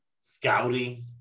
scouting